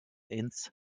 ins